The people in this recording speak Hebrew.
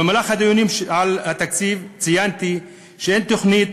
במהלך הדיונים על התקציב ציינתי שאין תוכנית